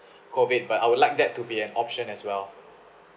COVID but I will like that to be an option as well